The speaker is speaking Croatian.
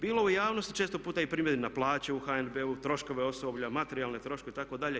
Bilo je u javnosti često puta i primjedbi na plaće u HNB-u, troškove osoblja, materijalne troškove itd.